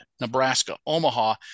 Nebraska-Omaha